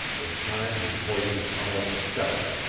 this time his voice was almost a shout.